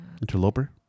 Interloper